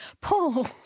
Paul